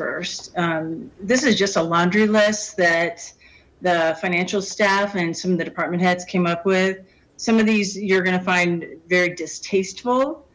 first this is just a laundry list that the financial staff and some of the department heads came up with some of these you're gonna find very distasteful